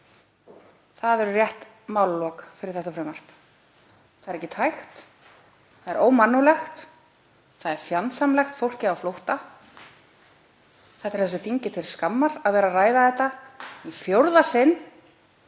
Það væru rétt málalok. Frumvarpið er ekki tækt, það er ómannúðlegt, það er fjandsamlegt fólki á flótta. Það er þinginu til skammar að vera að ræða þetta í fjórða sinn